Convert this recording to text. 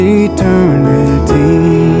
eternity